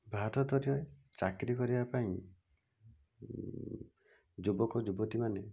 ଭାରତରେ ଚାକିରି କରିବା ପାଇଁ ଯୁବକ ଯୁବତିମାନେ